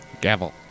gavel